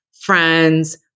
friends